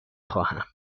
خواهم